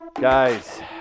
Guys